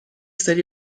سری